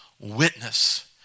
witness